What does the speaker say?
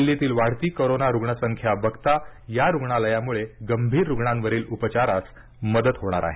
दिल्लीतील वाढती कोरोंना रुग्ण संख्या बघता या रुग्णालयामुळे गंभीर रुग्णांवरील उपचारास मदत होणार आहे